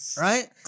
right